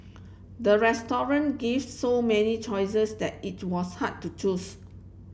the restaurant gives so many choices that it was hard to choose